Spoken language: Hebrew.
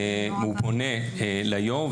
הוא פונה ליושב-ראש,